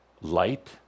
light